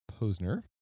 Posner